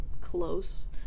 close